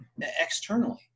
externally